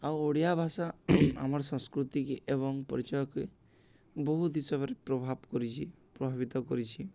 ଆଉ ଓଡ଼ିଆ ଭାଷା ଆମର ସଂସ୍କୃତିକି ଏବଂ ପରିଚୟକେ ବହୁତ ହିସାବରେ ପ୍ରଭାବ କରିଛି ପ୍ରଭାବିତ କରିଛି